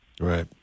Right